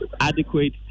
adequate